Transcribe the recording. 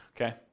Okay